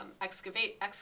excavate